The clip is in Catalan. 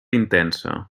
intensa